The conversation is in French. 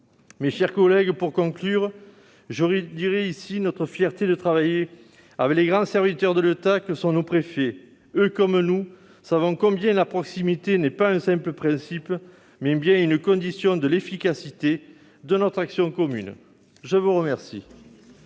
Mes chers collègues, pour conclure, je redirai ici notre fierté de travailler avec les grands serviteurs de l'État que sont nos préfets. Ils savent comme nous que la proximité est non un simple principe, mais bien une condition de l'efficacité de nos actions communes. La parole